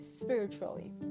spiritually